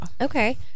okay